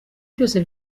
byose